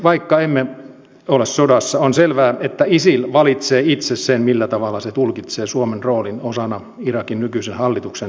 vaikka emme ole sodassa on selvää että isil valitsee itse millä tavalla se tulkitsee suomen roolin osana irakin nykyisen hallituksen turvallisuustoimintaa